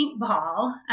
paintball